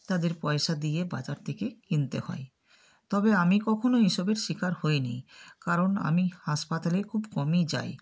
তাদের পয়সা দিয়ে বাজার থেকে কিনতে হয় তবে আমি কখনও এসবের শিকার হইনি কারণ আমি হাসপাতালে খুব কমই যাই